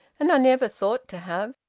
and i never thought to have!